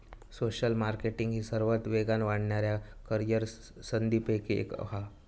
social marketing ही सर्वात वेगान वाढणाऱ्या करीअर संधींपैकी एक हा